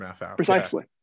Precisely